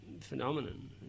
phenomenon